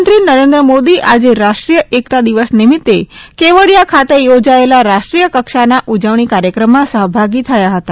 પ્રધાનમંત્રી નરેન્દ્ર મોદી આજે રાષ્ટ્રીય એકતા દિવસ નિમિત્તે કેવડિયા ખાતે યોજાયેલા રાષ્ટ્રીય કક્ષાના ઉજવણી કાર્યક્રમામાં સહભાગી થયા હતા